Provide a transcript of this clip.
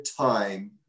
time